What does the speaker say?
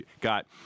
got